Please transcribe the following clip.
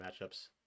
matchups